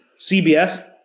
CBS